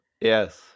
yes